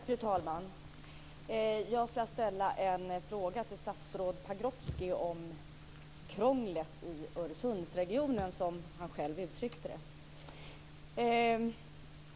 Fru talman! Jag vill ställa en fråga till statsrådet Pagrotsky om krånglet i Öresundsregionen, som han själv uttryckte det.